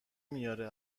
میاره